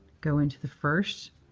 go into the first.